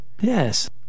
Yes